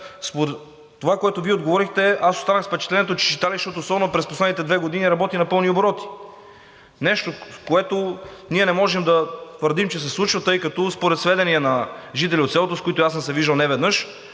това, което Вие отговорихте, аз останах с впечатлението, че читалището през последните две години работи на пълни обороти. Нещо, което ние не можем да твърдим, че се случва, тъй като според сведения на жителите от селото, с които съм се виждал неведнъж,